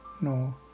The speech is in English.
no